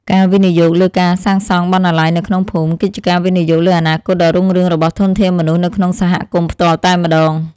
ការវិនិយោគលើការសាងសង់បណ្ណាល័យនៅក្នុងភូមិ គឺជាការវិនិយោគលើអនាគតដ៏រុងរឿងរបស់ធនធានមនុស្សនៅក្នុងសហគមន៍ផ្ទាល់តែម្តង។